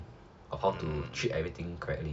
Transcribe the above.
of how to treat everything correctly